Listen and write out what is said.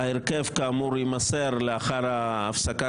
ההרכב יימסר לאחר ההפסקה.